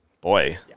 boy